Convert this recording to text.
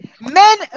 men